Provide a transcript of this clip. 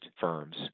firms